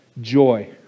Joy